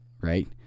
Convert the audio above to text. right